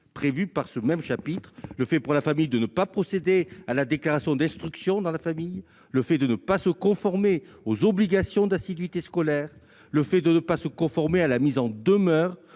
prévus par le même chapitre : le fait, pour la famille, de ne pas procéder à la déclaration d'instruction dans la famille ; le fait de ne pas se conformer aux obligations d'assiduité scolaire ; le fait de ne pas se conformer à la mise en demeure